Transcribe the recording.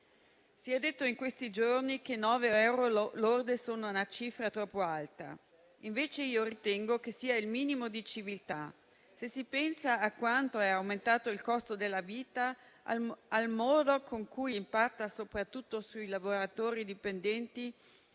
Si è detto in questi giorni che 9 euro lordi sono una cifra troppo alta. Invece ritengo che sia il minimo di civiltà. Se si pensa a quanto è aumentato il costo della vita, al modo con cui ciò impatta soprattutto sui lavoratori dipendenti